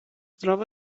troba